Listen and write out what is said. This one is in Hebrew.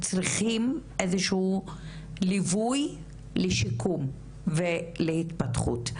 צריכים איזשהו ליווי לשיקום ולהתפתחות,